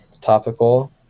topical